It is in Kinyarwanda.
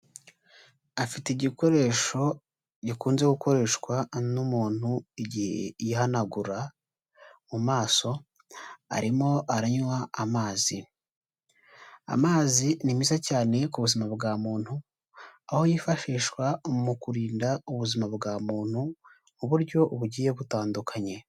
Afite igikoresho gikunze gukoreshwa n'umuntu igihe yihanagura mu maso, arimo aranywa amazi, amazi ni meza cyane ku buzima bwa muntu, aho yifashishwa mu kurinda ubuzima bwa muntu mu buryo bugiye butandukanye.